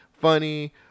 funny